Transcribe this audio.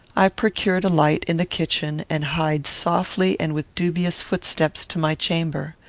i procured a light in the kitchen, and hied softly and with dubious footsteps to my chamber.